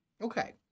Okay